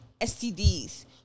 STDs